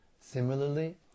Similarly